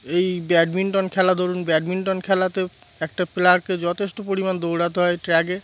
এই ব্যাডমিন্টন খেলা ধরুন ব্যাডমিন্টন খেলাতে একটা প্লেয়ারকে যথেষ্ট পরিমাণ দৌড়াতে হয় ট্র্যাকে